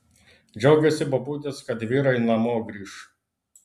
džiaugėsi bobutės kad vyrai namo grįš